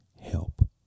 help